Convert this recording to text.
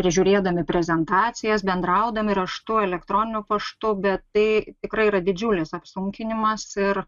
ir žiūrėdami prezentacijas bendraudami raštu elektroniniu paštu bet tai tikrai yra didžiulis apsunkinimas ir